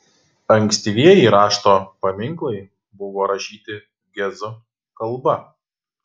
ankstyvieji rašto paminklai buvo rašyti gezu kalba